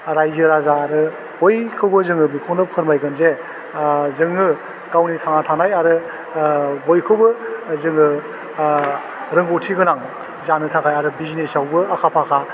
रायजो राजा आरो बयखौबो जोङो बिखौनो फोरमायगोन जे ओह जोङो गावनि थांना थानाय आरो ओह बयखौबो जोङो ओह रोंगौथि गोनां जानो थाखाय आरो बिजनेसआवबो आखा फाखा